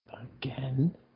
Again